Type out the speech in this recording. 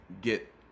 get